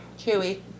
Chewy